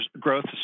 growth